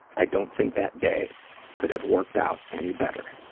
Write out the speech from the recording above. i don't think that day could have worked out any better.